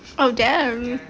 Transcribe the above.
oh damn